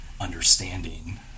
understanding